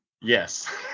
Yes